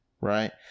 right